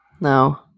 No